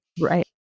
Right